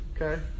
okay